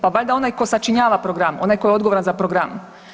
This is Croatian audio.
Pa valjda onaj tko sačinjava program, onaj tko je odgovoran za program?